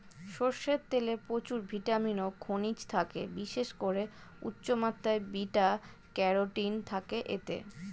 সরষের তেলে প্রচুর ভিটামিন ও খনিজ থাকে, বিশেষ করে উচ্চমাত্রার বিটা ক্যারোটিন থাকে এতে